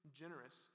generous